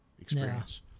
experience